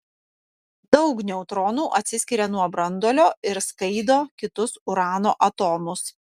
daug neutronų atsiskiria nuo branduolio ir skaido kitus urano atomus